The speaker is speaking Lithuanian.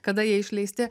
kada jie išleisti